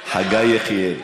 חגי, חגי יחיא.